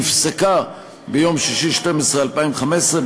נפסקה ביום 6 בדצמבר 2015,